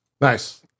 Nice